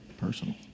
personal